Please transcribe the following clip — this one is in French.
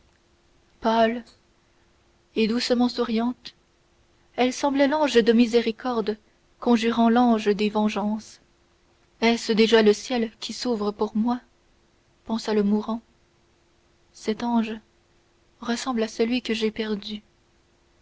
pâle et doucement souriante elle semblait l'ange de miséricorde conjurant l'ange des vengeances est-ce déjà le ciel qui s'ouvre pour moi pensa le mourant cet ange ressemble à celui que j'ai perdu